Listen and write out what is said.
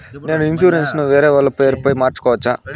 నేను నా ఇన్సూరెన్సు ను వేరేవాళ్ల పేరుపై మార్సుకోవచ్చా?